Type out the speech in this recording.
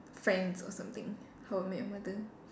friends or something how I met your mother